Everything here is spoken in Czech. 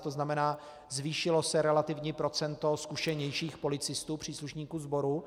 To znamená, zvýšilo se relativní procento zkušenějších policistů, příslušníků sboru.